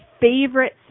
favorite